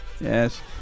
yes